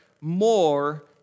More